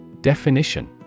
Definition